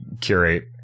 curate